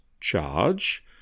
charge